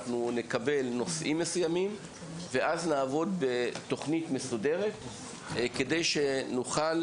אנחנו נקבל נושאים מסוימים ואז נעבוד בתוכנית מסודרת כדי שנוכל